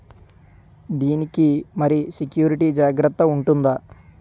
దీని కి మరి సెక్యూరిటీ జాగ్రత్తగా ఉంటుందా?